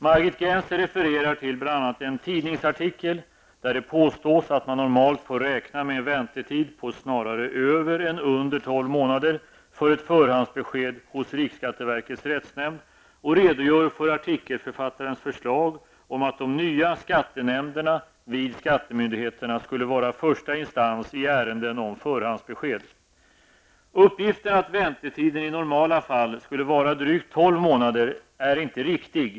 Margit Gennser refererar till bl.a. en tidningsartikel där det påstås att man normalt får räkna med en väntetid på snarare över än under tolv månader för ett förhandsbesked hos riksskatteverkets rättsnämnd och redogör för artikelförfattarens förslag om att de nya skattenämnderna vid skattemyndigheterna skulle vara första instans i ärenden om förhandsbesked. Uppgiften att väntetiden i normala fall skulle vara drygt tolv månader är inte riktig.